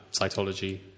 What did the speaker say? cytology